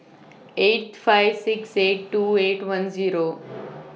eight five six eight two eight one Zero